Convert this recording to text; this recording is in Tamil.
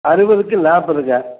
அறுபதுக்கு நாற்பதுங்க